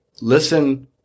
listen